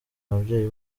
babyeyi